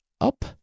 up